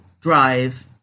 drive